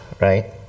right